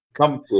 Come